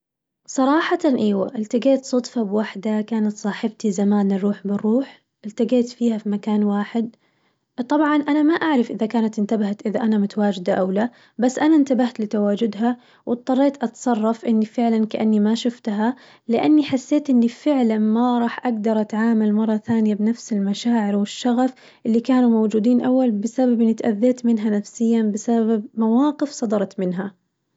صراحةً إيوة التقيت صدفة بوحدة كانت صاحبتي زمان الروح بالروح التقيت فيها في مكان واحد، طبعاً أنا ما أعرف إذا كانت انتبهت إذا أنا متواجدة أو لا بس أنا انتبهت لتواجدها، واضطريت أتصرف إني فعلاً كأني ما شفتها لأني حسيت إني فعلاً ما راح أقدر أتعامل مرة ثانية بنفس المشاعر والشغف اللي كانوا موجودين أول بسبب إني تأذيت منها نفسياً بسبب مواقف صدرت منها.